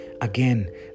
Again